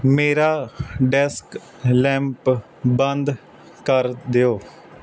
ਮੇਰਾ desk lamp ਬੰਦ ਕਰ ਦਿਓ